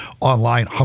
online